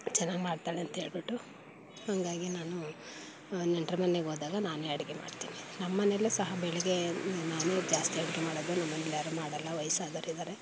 ಚೆನ್ನಾಗಿ ಮಾಡ್ತಾಳೆ ಅಂಥೇಳ್ಬಿಟ್ಟು ಹಾಗಾಗಿ ನಾನು ನೆಂಟರು ಮನೆಗೋದಾಗ ನಾನೇ ಅಡುಗೆ ಮಾಡ್ತೀನಿ ನಮ್ಮನೆಯಲ್ಲೂ ಸಹ ಬೆಳಗ್ಗೆ ನಾನ್ ವೆಜ್ ಜಾಸ್ತಿ ಅಡುಗೆ ಮಾಡೋಲ್ಲ ನಮ್ಮನೆಯಲ್ಲಿ ಯಾರೂ ಮಾಡೋಲ್ಲ ವಯಸ್ಸಾದವ್ರಿದ್ದಾರೆ